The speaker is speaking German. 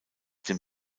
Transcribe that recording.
dem